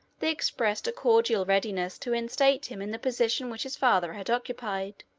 they expressed a cordial readiness to instate him in the position which his father had occupied.